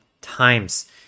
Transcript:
times